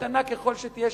קטנה ככל שתהיה,